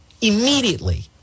Immediately